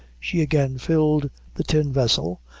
she again filled the tin vessel,